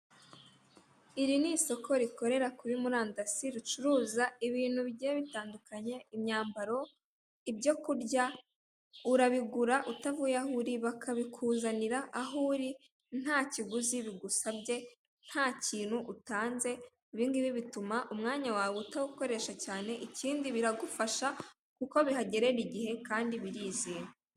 Iri ni isoko rikorera kuri murandasi ricuruza ibintu bigiye bitandukanye imyambaro, ibyo kurya urabigura utavuye aho uri bakabikuzanira aho uri ntakiguzi bigusabye ntakintu utanze, ibingibi bituma umwanya wawe utawukoresha cyane ikindi biragufasha kuko bihagerera igihe kandi birizewe.